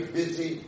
busy